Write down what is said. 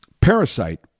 Parasite